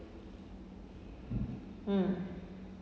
mm